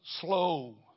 slow